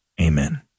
Amen